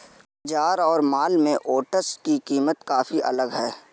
बाजार और मॉल में ओट्स की कीमत काफी अलग है